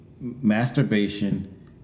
masturbation